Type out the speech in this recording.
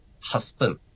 husband